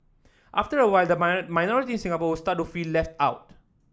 after a while the minorities in Singapore start to feel left out